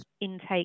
intake